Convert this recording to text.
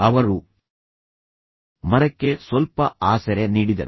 ಅವರು ಮರಕ್ಕೆ ಸ್ವಲ್ಪ ಆಸರೆ ನೀಡಿದರು